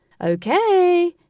Okay